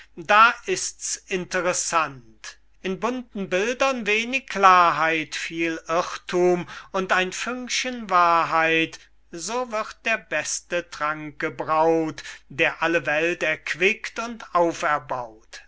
da ist's interessant in bunten bildern wenig klarheit viel irrthum und ein fünkchen wahrheit so wird der beste trank gebraut der alle welt erquickt und auferbaut